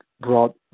brought